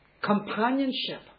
companionship